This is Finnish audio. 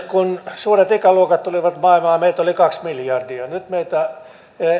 kun suuret ikäluokat tulivat maailmaan meitä oli kaksi miljardia nyt meidän